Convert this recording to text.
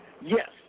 Yes